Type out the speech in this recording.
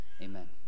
Amen